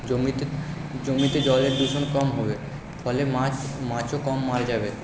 জমিতে জমিতে জলের দূষণ কম হবে ফলে মাছ মাছও কম মারা যাবে